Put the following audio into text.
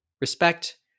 respect